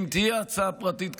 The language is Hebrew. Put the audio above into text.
אם תהיה הצעה פרטית כזאת,